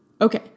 Okay